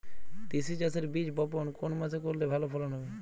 তিসি চাষের বীজ বপন কোন মাসে করলে ভালো ফলন হবে?